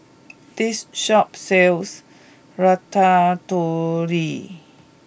this shop sells Ratatouille